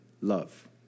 love